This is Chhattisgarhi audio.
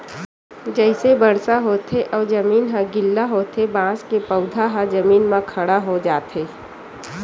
जइसे बरसा होथे अउ जमीन ह गिल्ला होथे बांस के पउधा ह जमीन म खड़ा हो जाथे